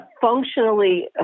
functionally